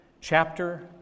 chapter